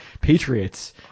Patriots